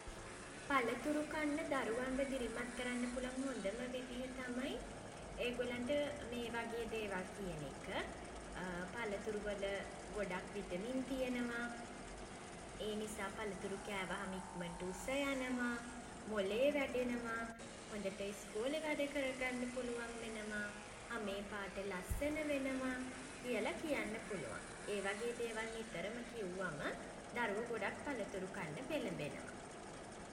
පලතුරු කන්න දරුවන්ව දිරිමත් කරන්න පුළුවන් හොඳම විදිහ තමයි ඒගොල්ලන්ට මේ වගේ දේවල් කියන එක. පලතුරු වල ගොඩක් විටමින් තියෙනවා. ඒ නිසා පලතුරු කෑවහම ඉක්මන්ට උස යනවා මොලේ වැඩෙනවා හොඳට ඉස්කෝලෙ වැඩ කරගන්න පුළුවන් වෙනවා හමේ පාට ලස්සන වෙනවා කියලා කියන්න පුළුවන්. ඒ වගේ දේවල් නිතරම කිව්වම දරුවෝ ගොඩක් පලතුරු කන්න පෙළඹෙනවා.